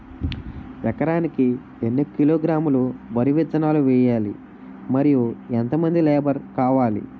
ఎకరానికి ఎన్ని కిలోగ్రాములు వరి విత్తనాలు వేయాలి? మరియు ఎంత మంది లేబర్ కావాలి?